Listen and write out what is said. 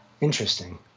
Interesting